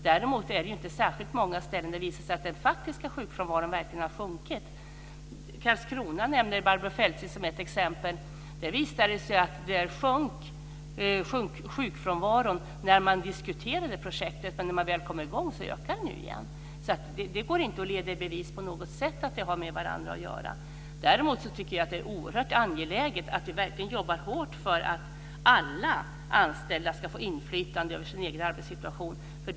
Däremot är det inte särskilt många ställen där det visar sig att den faktiska sjukfrånvaron verkligen har sjunkit. Karlskrona nämner Barbro Feltzing som ett exempel. Där visade det sig att sjukfrånvaron sjönk när man diskuterade projektet, men när man väl kom i gång ökade den igen. Det går alltså inte att på något sätt leda i bevis att det har med varandra att göra. Däremot tycker jag att det är oerhört angeläget att vi verkligen jobbar hårt för att alla anställda ska få inflytande över sin egen arbetssituation.